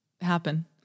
happen